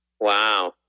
Wow